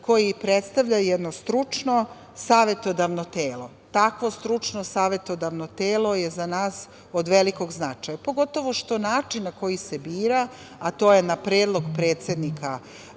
i predstavlja jedno stručno savetodavno telo. Takvo stručno savetodavno telo je za nas od velikog značaja, pogotovo što način na koji se bira, a to je na predlog predsednika